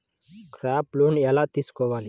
Crop loan ఎలా తీసుకోవాలి?